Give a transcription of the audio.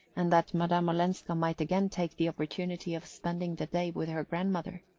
and that madame olenska might again take the opportunity of spending the day with her grandmother.